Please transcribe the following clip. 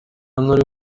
nuri